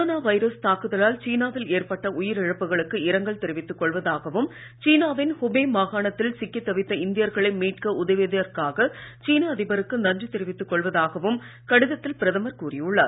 corona virus தாக்குதலால் சீனாவில் ஏற்பட்ட உயிர் இழப்புகளுக்கு இரங்கல் தெரிவித்து கொள்வதாகவும் சீனாவின் ஹுபே மாகாணத்தில் சிக்கி தவித்த இந்தியர்களை மீட்க உதவியதற்காக சீன அதிபருக்கு நன்றி தெரிவித்துக் கொள்வதாகவும் கடிதத்தில் பிரதமர் கூறியுள்ளார்